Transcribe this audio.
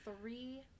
three